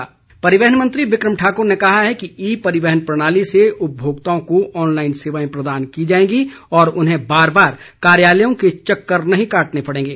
विक्रम ठाकुर परिवहन मंत्री विक्रम ठाकुर ने कहा है कि ई परिवहन प्रणाली से उपभोक्ताओं को ऑनलाईन सेवाएं प्रदान की जाएंगी और उन्हें बार बार कार्यालयों के चक्कर नहीं काटने पड़ेंगे